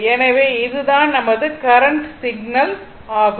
எனவே இது தான் நமது கரண்ட் சிக்னல் ஆகும்